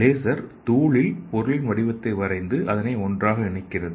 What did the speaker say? laser தூளில் பொருளின் வடிவத்தை வரைந்து அதை ஒன்றாக இணைக்கிறது